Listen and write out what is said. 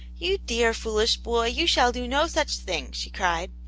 you dear, foolish boy, you shall do no such thing! she cried.